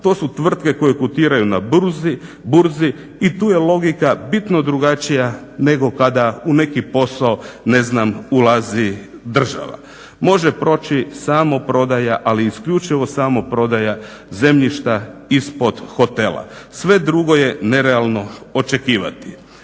to su tvrtke koje kotiraju na burzi i tu je logika bitno drugačija nego kada u neki posao ne znam ulazi država. Može proći samo prodaja, ali isključivo samo prodaja zemljišta ispod hotela. Sve drugo je nerealno očekivati.